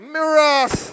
Mirrors